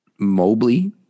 Mobley